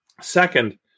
Second